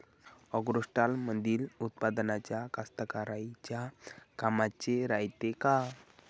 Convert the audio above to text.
ॲग्रोस्टारमंदील उत्पादन कास्तकाराइच्या कामाचे रायते का?